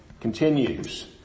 continues